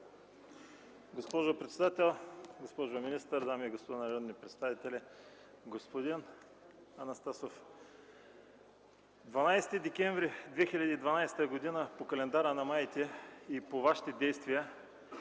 Госпожо председател, госпожо министър, дами и господа народни представители! Господин Анастасов, на 12 декември 2012 г. по календара на маите и по Вашите действия